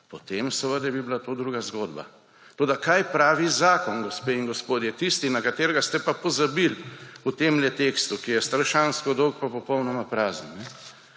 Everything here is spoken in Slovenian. potem seveda bi bila to druga zgodba. Toda kaj pravi zakon, gospe in gospodje? Tisti, na katerega ste pozabili v tem tekstu, ki je strašansko dolg pa popolnoma prazen.